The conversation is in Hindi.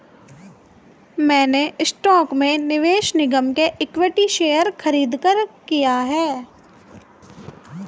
मैंने स्टॉक में निवेश निगम के इक्विटी शेयर खरीदकर किया है